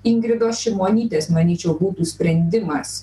ingridos šimonytės manyčiau būtų sprendimas